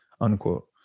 unquote